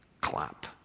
clap